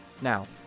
Now